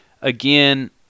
again